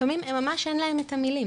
לפעמים ממש אין להם המילים.